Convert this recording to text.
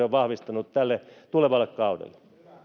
on vahvistanut tälle tulevalle kaudelle